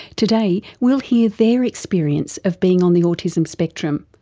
today we'll hear their experience of being on the autism spectrum,